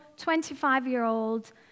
25-year-old